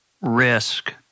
risk